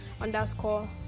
Underscore